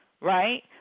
right